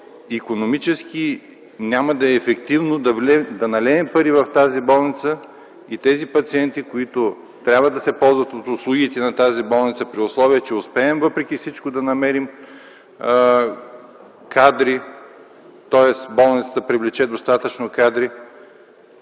икономически няма да е ефективно да налеем пари в тази болница. Пациентите, които трябва да се ползват от услугите на тази болница, при условие, че успеем въпреки всичко да намерим кадри, тоест болницата привлече достатъчно кадри...